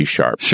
sharp